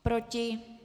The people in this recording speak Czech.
Proti?